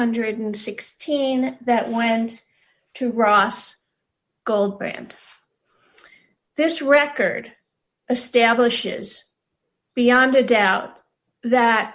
hundred and sixteen that went to ross goldband this record a stablish is beyond a doubt that